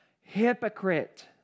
hypocrite